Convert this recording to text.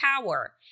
power